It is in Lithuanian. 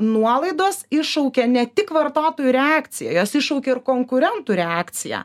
nuolaidos iššaukia ne tik vartotojų reakciją jos iššaukia ir konkurentų reakciją